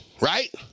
right